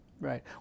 Right